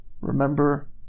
Remember